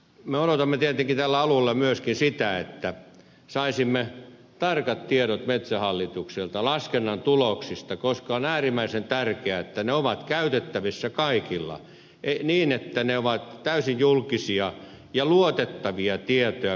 me odotamme tietenkin tällä alueella myöskin sitä että saisimme tarkat tiedot metsähallitukselta laskennan tuloksista koska on äärimmäisen tärkeää että ne ovat käytettävissä kaikilla niin että ne ovat täysin julkisia ja luotettavia tietoja